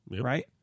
right